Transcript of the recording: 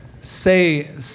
say